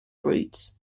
roots